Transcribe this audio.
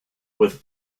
with